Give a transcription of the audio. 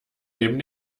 neben